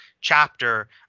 chapter